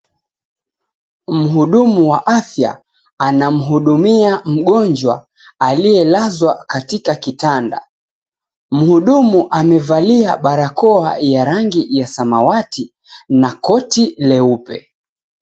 Mhudumu wa afya anamhudumia mgonjwa aliyelazwa katika kitand𝑎. 𝑀hudumu amevalia barakoa ya rangi ya samawati na koti leupe.